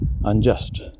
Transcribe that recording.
unjust